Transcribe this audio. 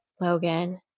Logan